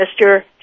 Mr